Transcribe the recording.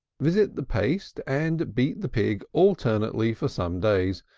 visit the paste and beat the pig alternately for some days,